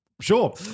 sure